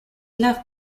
left